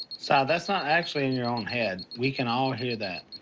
so that's not actually in your own head. we can all hear that.